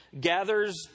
gathers